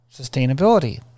sustainability